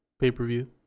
pay-per-view